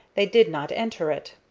they did not enter it.